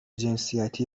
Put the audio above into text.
جنسیتی